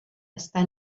està